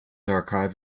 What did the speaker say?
archive